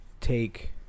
take